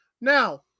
Now